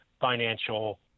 financial